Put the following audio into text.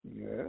Yes